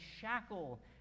shackle